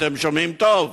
אתם שומעים טוב?